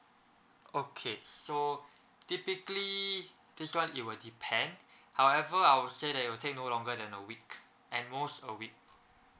okay so typically this one it will depend however I'll say that it will take no longer than a week and most a week